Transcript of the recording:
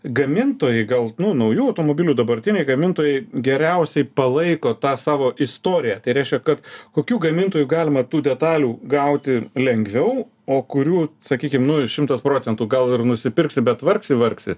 gamintojai gal nu naujų automobilių dabartiniai gamintojai geriausiai palaiko tą savo istoriją tai reiškia kad kokių gamintojų galima tų detalių gauti lengviau o kurių sakykim nu šimtas procentų gal ir nusipirksi bet vargsi vargsi